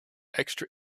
extra